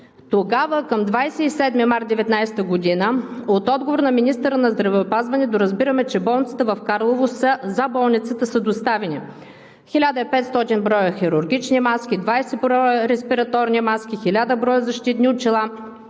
Тогава към 27 март 2019 г. от отговор на министъра на здравеопазването разбираме, че за болницата в Карлово – 500 броя хирургични маски, 20 броя респираторни маски, 1000 броя защитни очила,